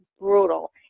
brutal